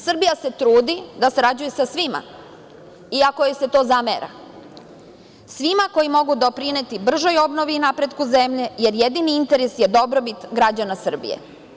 Srbija se trudi da sarađuje sa svima iako joj se to zamera, svima koji mogu doprineti bržoj obnovi i napretku zemlje, jer jedini interes je dobrobit građana Srbije.